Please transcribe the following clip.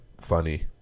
funny